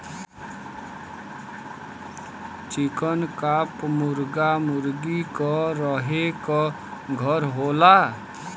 चिकन coop मुरगा मुरगी क रहे क घर होला